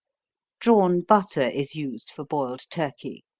drawn butter is used for boiled turkey.